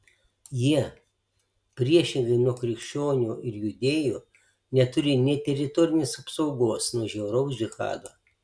jie priešingai nuo krikščionių ir judėjų neturi nė teritorinės apsaugos nuo žiauraus džihado